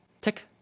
Tick